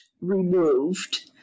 removed